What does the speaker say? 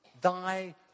thy